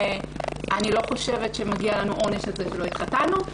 שאני לא חושבת שמגיע לנו עונש על זה שלא התחתנו.